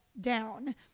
down